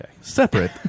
separate